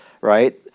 right